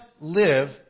live